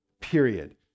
Period